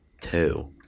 two